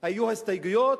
היו הסתייגויות.